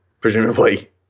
presumably